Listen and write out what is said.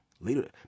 leader